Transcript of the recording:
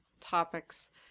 topics